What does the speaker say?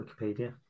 Wikipedia